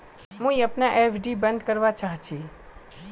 मुई अपना एफ.डी बंद करवा चहची